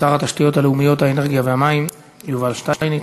שר התשתיות הלאומיות, האנרגיה והמים יובל שטייניץ.